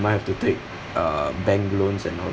might have to take uh bank loans and all that